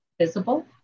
visible